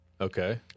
Okay